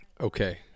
Okay